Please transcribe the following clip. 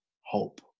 hope